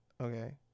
okay